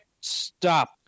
stop